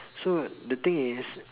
so the thing is